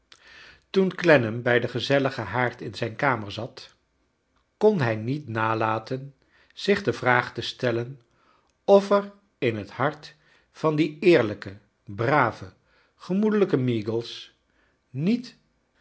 toen clennam bij den gezelligen haard in zijn kamer zat kon hij niet nalaten zich de vraag te s tellen of er in het hart van dien eerlijken braven gemoedehjken meagles niet